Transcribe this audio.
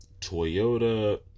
Toyota